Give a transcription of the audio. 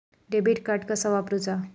Debit card कसा वापरुचा?